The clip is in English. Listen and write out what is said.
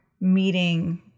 meeting